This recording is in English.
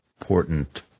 important